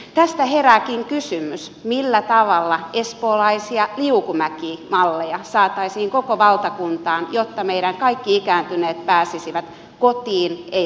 tästä herääkin kysymys millä tavalla espoolaisia liukumäkimalleja saataisiin koko valtakuntaan jotta meidän kaikki ikääntyneet pääsisivät kotiin eivätkä laitokseen